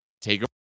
take